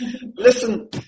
Listen